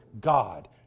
God